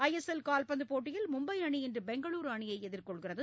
ஐ S L கால்பந்துப் போட்டியில் மும்பை அணி இன்று பெங்களுர் அணியை எதிர்கொள்கிறது